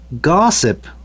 Gossip